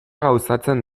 gauzatzen